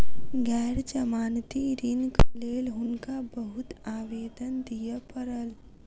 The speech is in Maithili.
गैर जमानती ऋणक लेल हुनका बहुत आवेदन दिअ पड़ल